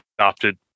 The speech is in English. adopted